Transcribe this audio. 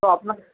তো আপনার